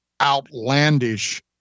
outlandish